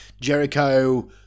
Jericho